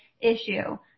issue